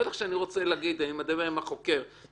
בטח שאני רוצה כשאני מדבר עם החוקר שיגיד